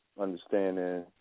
understanding